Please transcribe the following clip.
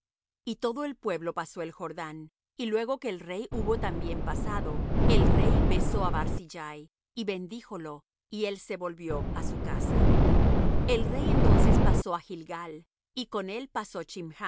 y todo el pueblo pasó el jordán y luego que el rey hubo también pasado el rey besó á barzillai y bendíjolo y él se volvió á su casa el rey entonces pasó á gilgal y con él pasó